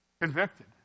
Convicted